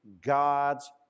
God's